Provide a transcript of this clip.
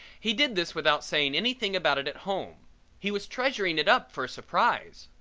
he did this without saying anything about it at home he was treasuring it up for a surprise.